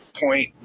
point